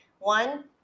one